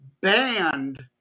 banned